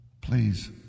please